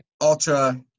ultra